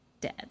Dead